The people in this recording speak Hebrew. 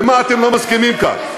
לְמה אתם לא מסכימים כאן?